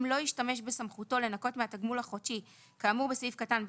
לא ישתמש בסמכותו לנכות מהתגמול החודשי כאמור בסעיף קטן (ב)(1)